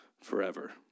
forever